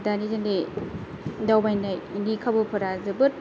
दानि जोंनि दावबायनायनि खाबुफोरा जोबोद